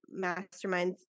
masterminds